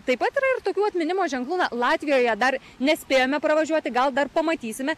taip pat yra ir tokių atminimo ženklų latvijoje dar nespėjome pravažiuoti gal dar pamatysime